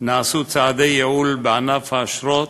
נעשו צעדי ייעול בענף האשרות,